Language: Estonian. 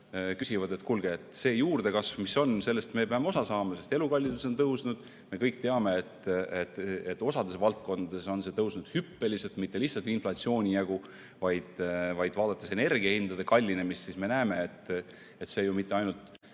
küsivad, et kuulge, sellest juurdekasvust, mis on, me peame osa saama, sest elukallidus on tõusnud. Me kõik teame, et osas valdkondades on see tõusnud hüppeliselt, mitte lihtsalt inflatsiooni jagu. Vaadates energiahindade kallinemist, me näeme, et mitte ainult